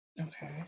Okay